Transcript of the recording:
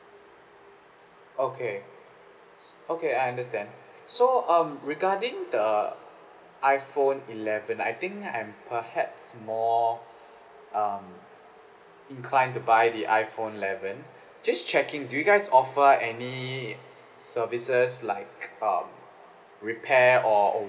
okay okay I understand so um regarding the iphone eleven I think I'm perhaps more um inclined to buy the iphone eleven just checking do you guys offer any services like um repair or or